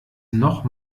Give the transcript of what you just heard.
noch